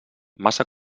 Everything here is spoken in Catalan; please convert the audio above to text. massa